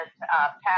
passed